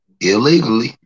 illegally